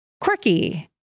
quirky